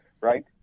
right